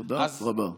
תודה רבה.